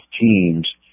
teams